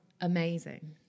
amazing